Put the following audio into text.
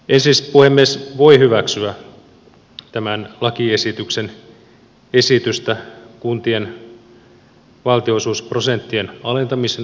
en siis puhemies voi hyväksyä tämän lakiesityksen esitystä kuntien valtionosuusprosenttien alentamisen osalta